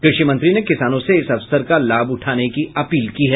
कृषि मंत्री ने किसानों से इस अवसर का लाभ उठाने की अपील की है